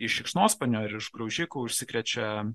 iš šikšnosparnių ar iš graužikų užsikrečia